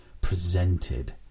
presented